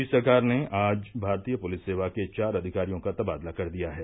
प्रदेश सरकार ने आज भारतीय पुलिस सेवा के चार अधिकारियों का तबादला कर दिया है